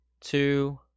two